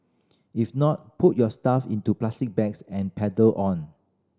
if not put your stuff into plastic bags and pedal on